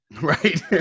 Right